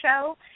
show